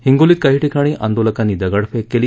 हिंगोलीत काही ठिकाणी आंदोलकांनी दगडफेक केली